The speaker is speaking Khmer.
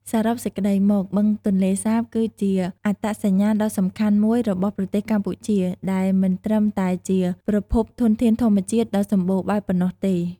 សរុបសេចក្តីមក បឹងទន្លេសាបគឺជាអត្តសញ្ញាណដ៏សំខាន់មួយរបស់ប្រទេសកម្ពុជា ដែលមិនត្រឹមតែជាប្រភពធនធានធម្មជាតិដ៏សម្បូរបែបប៉ុណ្ណោះទេ។